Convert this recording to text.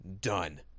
done